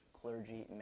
clergy